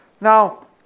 Now